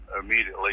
immediately